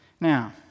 Now